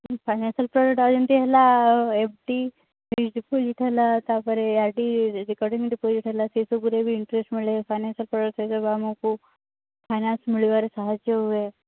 financial ଯେମତି ହେଲା F D fixed deposit ହେଲା ତା'ପରେ ଆର୍ ଡ଼ି ରେକରିଙ୍ଗ୍ ଡିପୋଜିଟ୍ ହେଲା ସେ ସବୁରେ ବି ଇଂଟରେଷ୍ଟ୍ ମିଳେ ଫାଇନାନ୍ସସିଆଲ୍ ପ୍ରଡ଼କ୍ଟ୍ରେ ବି ଆମକୁ ଫାଇନାନ୍ସ ମିଳିବାରେ ସାହାଯ୍ୟ ହୁଏ